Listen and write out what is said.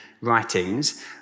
writings